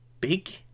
big